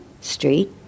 street